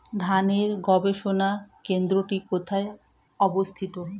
ধানের গবষণা কেন্দ্রটি কোথায় অবস্থিত?